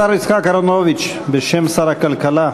השר יצחק אהרונוביץ, בשם שר הכלכלה,